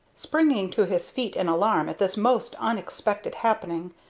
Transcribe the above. springing to his feet in alarm at this most unexpected happening,